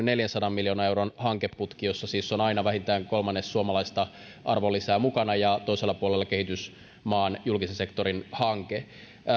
neljänsadan miljoonan euron hankeputki jossa siis on aina vähintään kolmannes suomalaista arvonlisää mukana ja toisella puolella kehitysmaan julkisen sektorin hanke